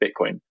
Bitcoin